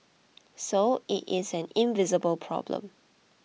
so it is an invisible problem